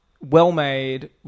well-made